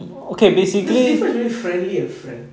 there's difference between friendly and friend